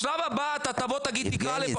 השלב הבא אתה תבוא ותגיד --- יבגני,